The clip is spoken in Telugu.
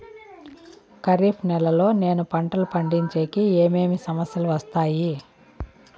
ఖరీఫ్ నెలలో నేను పంటలు పండించేకి ఏమేమి సమస్యలు వస్తాయి?